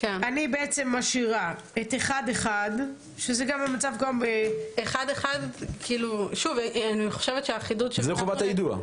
אני משאירה את 1(1). זאת חובת היידוע.